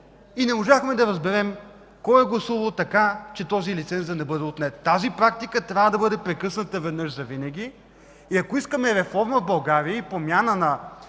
не можахме да разберем кой е гласувал така, че този лиценз да не бъде отнет. Тази практика трябва да бъде прекъсната веднъж завинаги. Ако искаме реформа в България и промяна на